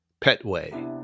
Petway